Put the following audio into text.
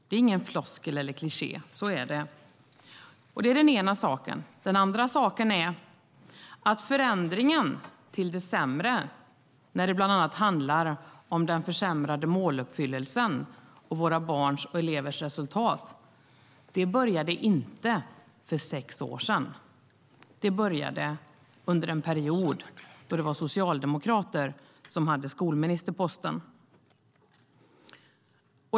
Det är ingen floskel eller kliché, utan det är så. Det är den ena saken. Den andra saken är att förändringen till det sämre, när det bland annat handlar om den försämrade måluppfyllelsen och våra barns och elevers resultat, inte började för sex år sedan. Den började under en period då det var socialdemokrater som hade skolministerposten.